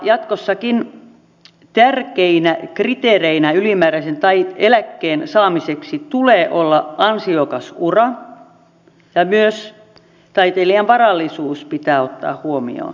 jatkossakin tärkeänä kriteerinä ylimääräisen eläkkeen saamiseksi tulee olla ansiokas ura ja myös taiteilijan varallisuus pitää ottaa huomioon